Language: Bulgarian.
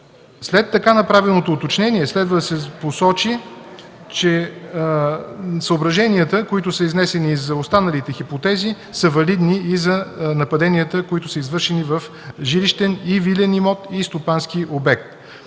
След така направеното уточнение следва да се посочи, че съображенията, изнесени и за останалите хипотези, са валидни и за нападенията, които са извършени в жилищен и вилен имот, и стопански обект.